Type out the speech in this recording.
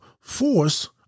force